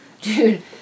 Dude